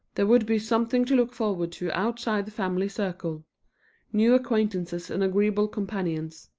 there would be something to look forward to outside the family circle new acquaintances and agreeable companions.